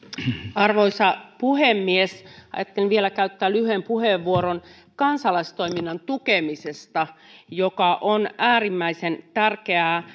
arvoisa puhemies ajattelin vielä käyttää lyhyen puheenvuoron kansalaistoiminnan tukemisesta joka on äärimmäisen tärkeää